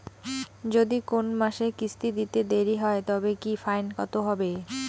যদি কোন মাসে কিস্তি দিতে দেরি হয় তবে কি ফাইন কতহবে?